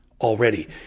already